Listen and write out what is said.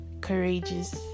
courageous